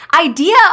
idea